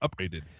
upgraded